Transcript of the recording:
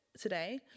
today